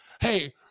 hey